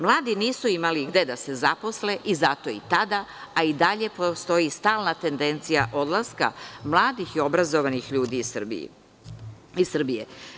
Mladi nisu imali gde da se zaposle i zato i tada, a i dalje postoji stalna tendencija odlaska mladih i obrazovanih ljudi iz Srbije.